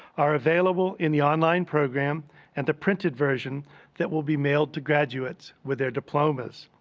are available in the online program and the printed version that will be mailed to graduates with their diplomas.